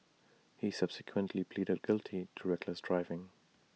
he subsequently pleaded guilty to reckless driving